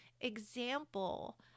example